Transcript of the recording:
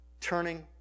turning